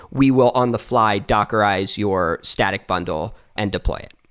we will on-the-fly dockerize your static bundle and deploy it.